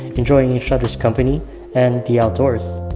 enjoying each other's company and the outdoors